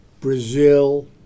Brazil